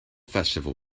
festival